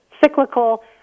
cyclical